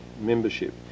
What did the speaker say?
membership